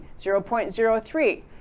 0.03